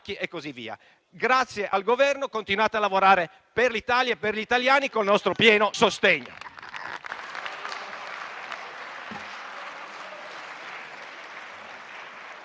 e così via. Grazie al Governo: continuate a lavorare per l'Italia e per gli italiani, con il nostro pieno sostegno.